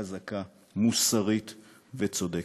חזקה, מוסרית וצודקת.